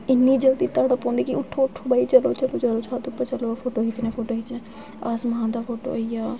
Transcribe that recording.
इन्नी जल्दी तौल पौंदी कि उट्ठो बाई जल्दी जल्दी छत्त पर चलो फोटो खिच्चने आसमान दा फोटो होई आ